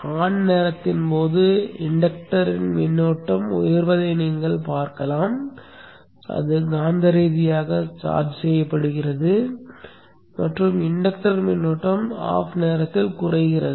on நேரத்தின் போது inductor மின்னோட்டம் உயர்வதை நீங்கள் பார்க்கிறீர்கள் அது காந்த ரீதியாக சார்ஜ் செய்யப்படுகிறது மற்றும் இன்டக்டர் மின்னோட்டம் ஆஃப் நேரத்தில் குறைகிறது